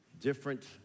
different